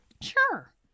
Sure